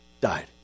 died